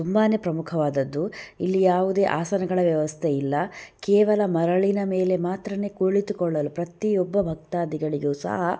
ತುಂಬಾನೇ ಪ್ರಮುಖವಾದದ್ದು ಇಲ್ಲಿ ಯಾವುದೇ ಆಸನಗಳ ವ್ಯವಸ್ಥೆ ಇಲ್ಲ ಕೇವಲ ಮರಳಿನ ಮೇಲೆ ಮಾತ್ರ ಕುಳಿತುಕೊಳ್ಳಲು ಪ್ರತಿಯೊಬ್ಬ ಭಕ್ತಾದಿಗಳಿಗೂ ಸಹ